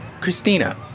Christina